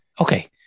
okay